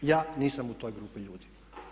Ja nisam u toj grupi ljudi.